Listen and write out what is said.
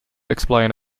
explain